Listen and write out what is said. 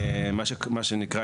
מה שנקרא,